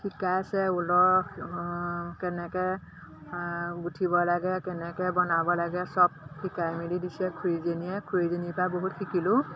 শিকাইছে ঊলৰ কেনেকে গুঠিব লাগে কেনেকে বনাব লাগে চব শিকাই মেলি দিছে খুৰীজনীয়ে খুৰীজনীৰ পৰা বহুত শিকিলোঁ